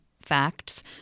facts